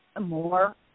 more